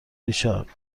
ریچارد